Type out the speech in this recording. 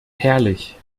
herrlich